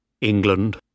England